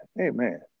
amen